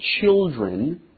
children